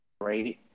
rated